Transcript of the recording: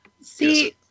see